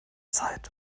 zeit